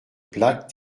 plaques